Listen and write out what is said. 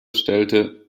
stellte